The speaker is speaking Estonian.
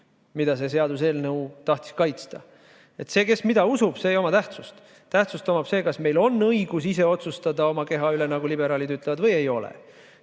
mida see seaduseelnõu tahtis kaitsta. See, kes mida usub, ei oma tähtsust. Tähtsust omab see, kas meil on õigus ise otsustada oma keha üle, nagu liberaalid ütlevad, või ei ole.